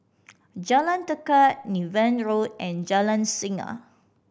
Jalan Tekad Niven Road and Jalan Singa